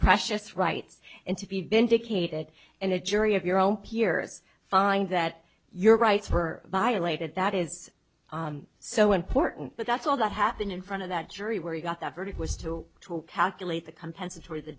precious rights and to be been vacated and the jury of your own peers find that your rights were violated that is so important but that's all that happened in front of that jury where you got that verdict was to to calculate the compensatory the